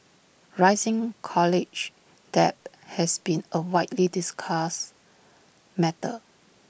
rising college debt has been A widely discussed matter